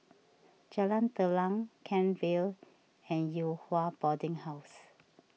Jalan Telang Kent Vale and Yew Hua Boarding House